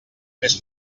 més